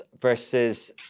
versus